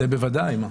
זה בוודאי.